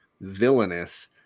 villainous